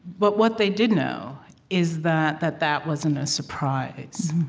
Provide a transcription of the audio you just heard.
but what they did know is that that that wasn't a surprise,